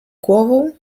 głową